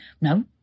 no